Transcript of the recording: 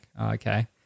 okay